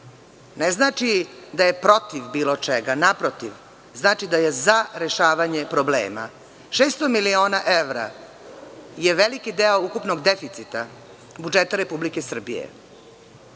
ne znači da je protiv bilo čega. Naprotiv, znači da je za rešavanje problema. Šesto miliona evra je veliki deo ukupnog deficita budžeta Republike Srbije.